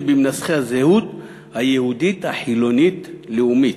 במנסחי הזהות היהודית החילונית-לאומית.